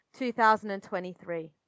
2023